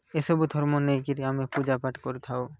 ଏସବୁ ଧର୍ମ ନେଇକରି ଆମେ ପୂଜା ପାଠ କରିଥାଉ